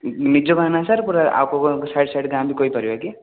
ନିଜ ଗାଁ ନା ସାର୍ ପୂରା ଆଉ କେଉଁ ଗାଁକୁ ସାଇଡ଼୍ ସାଇଡ଼୍ ଗାଁ ବି କହି ପାରିବା କି